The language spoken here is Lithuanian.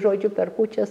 žodžiu per kūčias